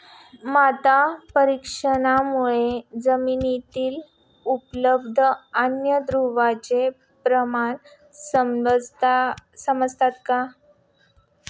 माती परीक्षणामुळे जमिनीतील उपलब्ध अन्नद्रव्यांचे प्रमाण समजते का?